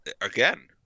again